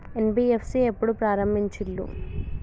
NBFC ఎప్పుడు ప్రారంభించిల్లు?